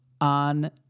on